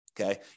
Okay